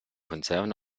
konserven